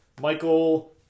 Michael